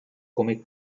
come